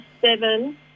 seven